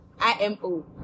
IMO